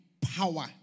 power